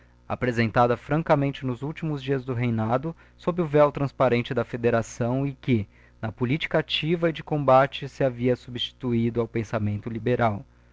apresentada francamente nos últimos dias do reinado sob o véu transparente da federação eque na politica activa e de combate se hatia substituído ao pensamento liberal